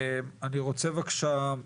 אני רוצה בבקשה,